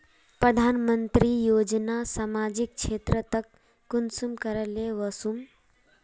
प्रधानमंत्री योजना सामाजिक क्षेत्र तक कुंसम करे ले वसुम?